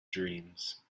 dreams